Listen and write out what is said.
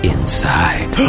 Inside